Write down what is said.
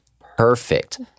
perfect